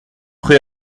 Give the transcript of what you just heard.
prêts